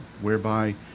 whereby